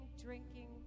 drinking